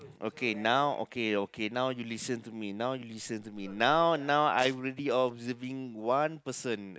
okay now okay okay now you listen to me now you listen to me now now I already observing one person